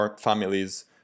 families